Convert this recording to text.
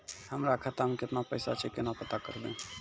हमरा खाता मे केतना पैसा छै, केना पता करबै?